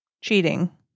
cheating